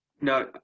No